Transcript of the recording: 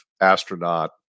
astronaut